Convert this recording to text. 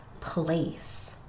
place